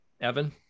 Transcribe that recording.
Evan